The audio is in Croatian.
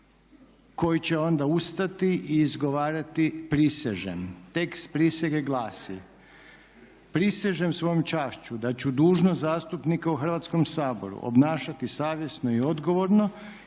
koji će onda ustati i izgovarati "prisežem". Tekst prisege glasi: "Prisežem svojom čašću da ću dužnost zastupnika u Hrvatskom saboru obnašati savjesno i odgovorno